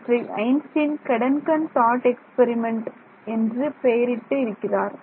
இவற்றை Einstein gedanken thought experiment என்று பெயரிட்டு இருக்கிறார்